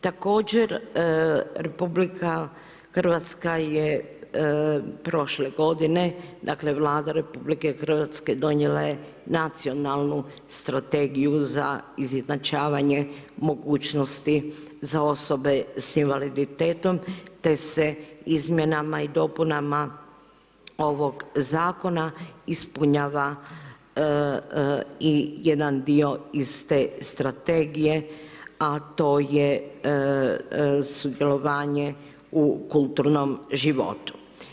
Također RH je prošle godine, dakle Vlada RH donijela je Nacionalnu strategiju za izjednačavanje mogućnosti za osobe sa invaliditetom te se izmjenama i dopunama ovog zakona ispunjava i jedan dio iz te strategije a to je sudjelovanje u kulturnom životu.